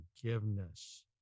forgiveness